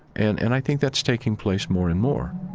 and and i think that's taking place more and more